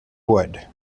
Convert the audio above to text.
wood